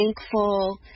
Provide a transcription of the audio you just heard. thankful